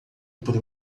por